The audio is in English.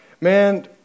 man